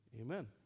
Amen